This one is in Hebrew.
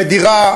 ודירה,